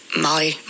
molly